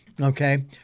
okay